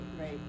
right